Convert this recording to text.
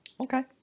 okay